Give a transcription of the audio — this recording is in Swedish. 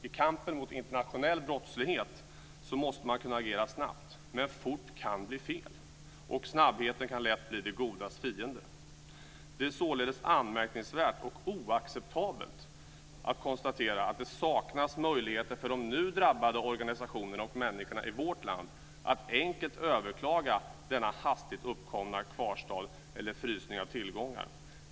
I kampen mot internationell brottslighet måste man kunna agera snabbt. Men fort kan bli fel, och snabbheten kan lätt bli det godas fiende. Det är således anmärkningsvärt och oacceptabelt att konstatera att det saknas möjligheter för de nu drabbade organisationerna och människorna i vårt land att enkelt överklaga denna hastigt uppkomna kvarstad eller frysning av tillgångar.